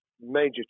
major